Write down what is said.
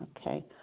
Okay